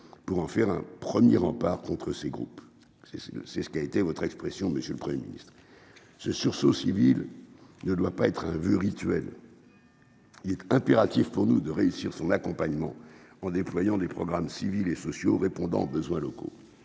pour en faire un 1er rempart contre ces groupes, c'est, c'est c'est ce qui a été votre expression, Monsieur le 1er ministre ce sursaut civil ne doit pas être vu rituel. Il est impératif pour nous de réussir son accompagnement en déployant des programmes civils et sociaux répondant aux besoins locaux,